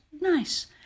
nice